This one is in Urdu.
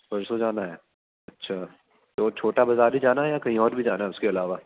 پرسوں جانا ہے اچھا تو چھوٹا بازار ہی جانا ہے یا کہیں اور بھی جانا ہے اس کے علاوہ